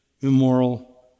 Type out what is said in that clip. immoral